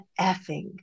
effing